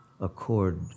accord